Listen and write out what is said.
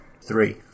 three